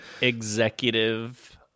executive